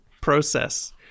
process